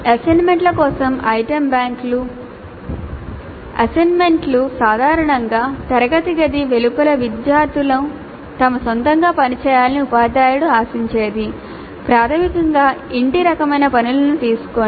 అసైన్మెంట్ల కోసం ఐటమ్ బ్యాంకులు అసైన్మెంట్లు సాధారణంగా తరగతి గది వెలుపల విద్యార్థులు తమ సొంతంగా పనిచేయాలని ఉపాధ్యాయుడు ఆశించేది ప్రాథమికంగా ఇంటి రకమైన పనులను తీసుకోండి